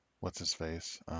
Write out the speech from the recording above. what's-his-face